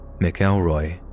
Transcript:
McElroy